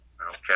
Okay